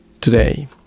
today